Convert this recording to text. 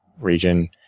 region